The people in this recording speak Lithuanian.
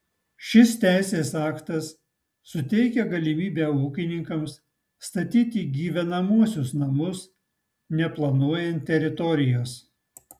šis teisės aktas suteikia galimybę ūkininkams statyti gyvenamuosius namus neplanuojant teritorijos